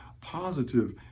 positive